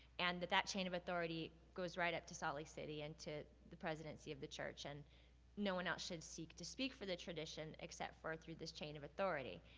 and that that chain of authority goes right up to salt lake city and to the presidency of the church. and no one else should seek to speak for the tradition except for through this chain of authority.